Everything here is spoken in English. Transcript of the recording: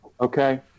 Okay